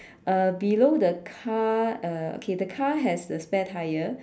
uh below the car uh okay the car has a spare tyre